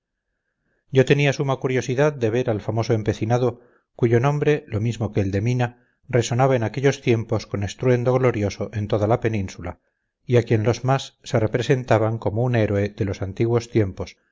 yo tenía suma curiosidad de ver al famoso empecinado cuyo nombre lo mismo que el de mina resonaba en aquellos tiempos con estruendo glorioso en toda la península y a quien los más se representaban como un héroe de los antiguos tiempos